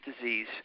disease